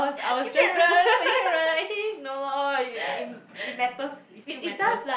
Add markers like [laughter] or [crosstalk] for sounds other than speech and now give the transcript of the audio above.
[breath] 你骗人你骗人 actually no loh it it it matters it still matters